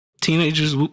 Teenagers